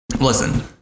Listen